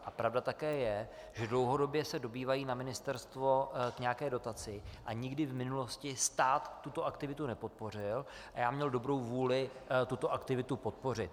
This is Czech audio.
A pravda také je, že dlouhodobě se dobývají na ministerstvo k nějaké dotaci a nikdy v minulosti stát tuto aktivitu nepodpořil a já měl dobrou vůli tuto aktivitu podpořit.